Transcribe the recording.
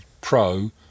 pro